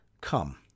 come